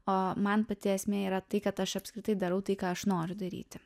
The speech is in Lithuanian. o man pati esmė yra tai kad aš apskritai darau tai ką aš noriu daryti